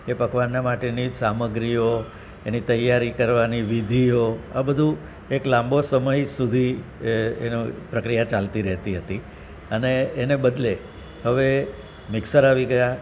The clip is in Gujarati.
એ પકવાનનાં માટેની સામગ્રીઓ એની તૈયારી કરવાની વિધિઓ આ બધું એક લાંબો સમય સુધી એ એનો પ્રક્રિયા ચાલતી રહેતી હતી અને એને બદલે હવે મીક્ષર આવી ગયાં